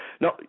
No